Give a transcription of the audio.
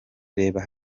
reba